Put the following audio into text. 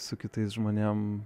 su kitais žmonėm